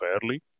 fairly